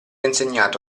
insegnata